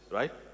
right